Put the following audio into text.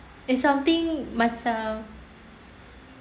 it's something macam